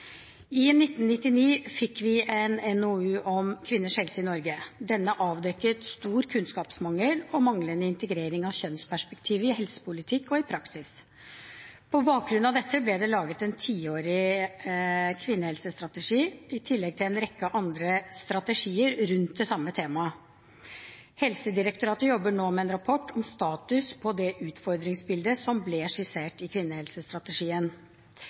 I 1999 fikk vi en NOU om kvinners helse i Norge. Denne avdekket stor kunnskapsmangel og manglende integrering av kjønnsperspektivet i helsepolitikken og i praksis. På bakgrunn av dette ble det laget en tiårig kvinnehelsestrategi, i tillegg til en rekke andre strategier rundt det samme temaet. Helsedirektoratet jobber nå med en rapport om status på det utfordringsbildet som ble skissert i kvinnehelsestrategien.